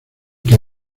que